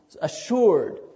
assured